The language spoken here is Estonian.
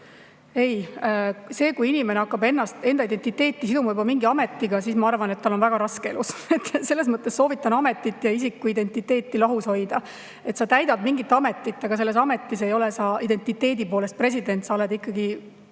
Kui inimene hakkab enda identiteeti siduma juba mingi ametiga, siis ma arvan, et tal on elus väga raske. (Naerab.) Selles mõttes soovitan ametit ja isiku identiteeti lahus hoida. Sa täidad mingit ametit, aga selles ametis ei ole sa identiteedi poolest president. Sa oled ikkagi